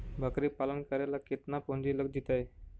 बकरी पालन करे ल केतना पुंजी लग जितै?